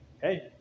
hey